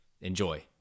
Enjoy